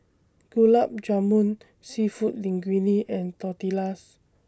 Gulab Jamun Seafood Linguine and Tortillas